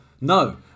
no